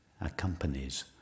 accompanies